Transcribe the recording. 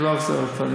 אני לא אחזור עוד פעם.